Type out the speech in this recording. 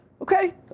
Okay